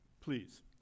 please